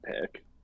pick